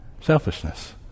selfishness